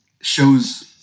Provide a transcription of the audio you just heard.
shows